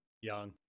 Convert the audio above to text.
young